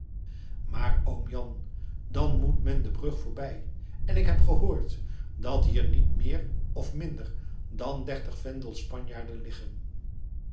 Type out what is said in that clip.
maar oom jan dan moet men de brug voorbij en ik heb gehoord dat hier niet meer of minder dan dertig vendels spanjaarden liggen